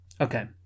okay